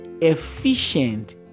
efficient